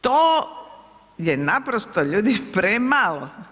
To je naprosto ljudi, premalo.